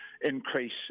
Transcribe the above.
increase